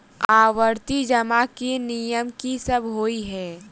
आवर्ती जमा केँ नियम की सब होइ है?